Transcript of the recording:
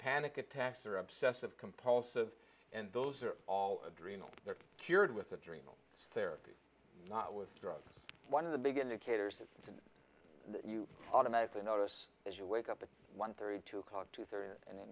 panic attacks are obsessive compulsive and those are all adrenal cured with adrenal therapy not with drugs one of the beginner caters to the that you automatically notice that you wake up at one thirty two o'clock two thirty in the